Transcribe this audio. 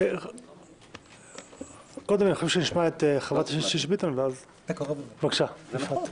חברת הכנסת שאשא ביטון, בבקשה, יפעת.